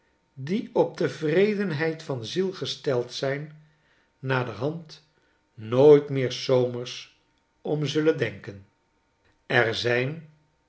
die op tevredenheid van ziel gesteld zijn naderhand nooit meer szomersom zullen denken er zijn